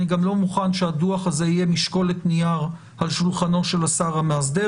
אני גם לא מוכן שהדוח הזה יהיה משקולת נייר על שולחנו של השר המאסדר.